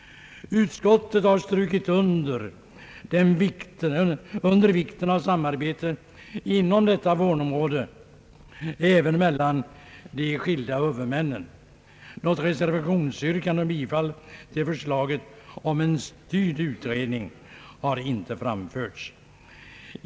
Utskottet har strukit under vikten av samarbete inom detta vårdområde även mellan de skilda huvudmännen. Något reservationsyrkande om bifall till förslaget om en styrd utredning har inte framförts.